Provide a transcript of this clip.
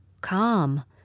calm